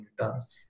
returns